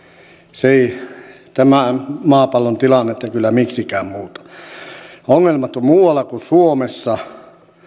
se ei tämän maapallon tilannetta kyllä miksikään muuta ongelmat ovat muualla kuin suomessa